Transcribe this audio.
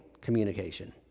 communication